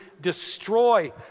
destroy